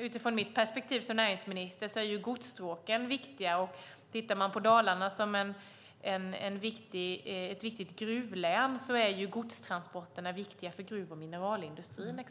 Utifrån mitt perspektiv som näringsminister är godsstråken viktiga. Tittar man på Dalarna som ett viktigt gruvlän är godstransporterna viktiga för gruv och mineralindustrin.